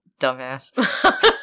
Dumbass